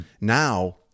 Now